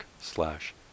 slash